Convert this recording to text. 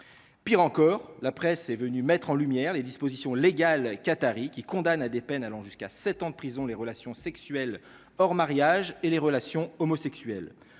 pire encore, la presse est venu mettre en lumière les dispositions légales qatari qui condamne à des peines allant jusqu'à 7 ans de prison les relations sexuelles hors mariage et les relations homosexuelles,